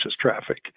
traffic